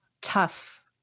tough